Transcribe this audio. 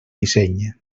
disseny